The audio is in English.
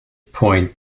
point